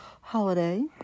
holiday